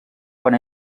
quan